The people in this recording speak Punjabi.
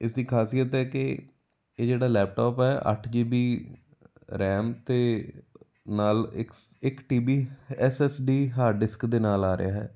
ਇਸਦੀ ਖਾਸੀਅਤ ਹੈ ਕਿ ਇਹ ਜਿਹੜਾ ਲੈਪਟੋਪ ਹੈ ਅੱਠ ਜੀ ਬੀ ਰੈਮ ਅਤੇ ਨਾਲ ਇੱਕ ਇੱਕ T B S S D hard disk ਦੇ ਨਾਲ ਆ ਰਿਹਾ ਹੈ